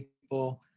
people